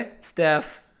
Steph